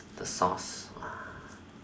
the sauce